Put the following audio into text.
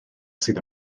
sydd